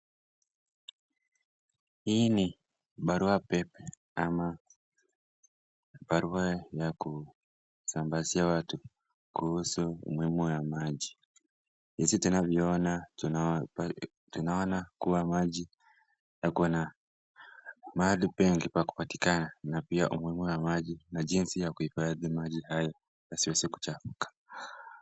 Hii ni barua pepe ama barua ya kusambazia watu kuhusu umuhimu wa maji hizi tena tunaona kuwa maji yako na mahali pengi pa kupatikana, na pia umuhimu wa maji na jinsi ya kuhifadhi maji hayo yasiweze kuchafuka.